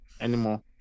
anymore